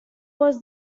was